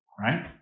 Right